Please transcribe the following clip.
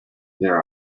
there